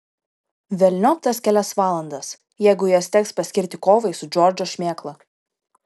velniop tas kelias valandas jeigu jas teks paskirti kovai su džordžo šmėkla